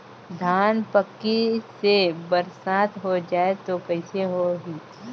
धान पक्की से बरसात हो जाय तो कइसे हो ही?